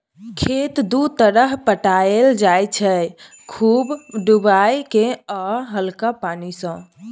खेत दु तरहे पटाएल जाइ छै खुब डुबाए केँ या हल्का पानि सँ